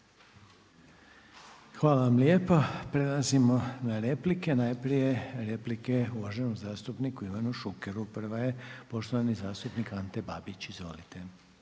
Hvala vam lijepa. Prelazimo na replike. Najprije replike uvaženom zastupniku Ivanu Šukeru, prva je poštovani zastupnik Ante Babić. Izvolite.